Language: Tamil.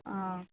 ஆ